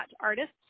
artists